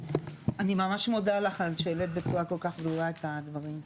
אני ממש מודה לך על שהעלית בצורה כל כך ברורה את הדברים,